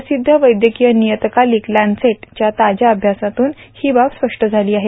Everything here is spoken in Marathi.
प्रसिद्ध वैद्यकीय नियतकालिक लॅन्सेटच्या ताज्या अभ्यासातून ही बाब स्पष्ट झाली आहे